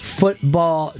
football